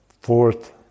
fourth